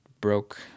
broke